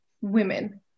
women